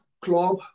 club